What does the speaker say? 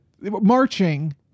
marching